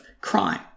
crime